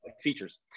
Features